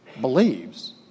believes